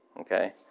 okay